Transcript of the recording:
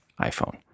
iPhone